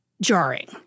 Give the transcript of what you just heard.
jarring